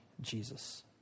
Jesus